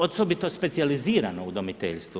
Osobito specijalizirano udomiteljstvo.